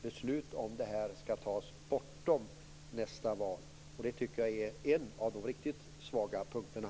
Beslut om det här skall fattas bortom nästa val. Det tycker jag är en av de riktigt svaga punkterna.